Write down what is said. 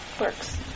works